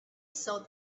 saw